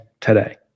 today